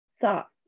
soft